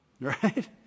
Right